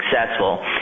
successful